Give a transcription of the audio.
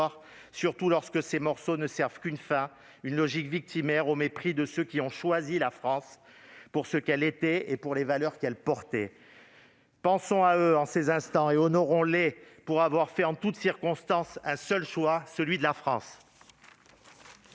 surtout lorsque ces derniers ne servent qu'une fin : une logique victimaire au mépris de ceux qui ont choisi la France pour ce qu'elle était et pour les valeurs qu'elle portait. Pensons à eux en cet instant et honorons-les pour avoir fait en toutes circonstances un seul choix : celui de la France.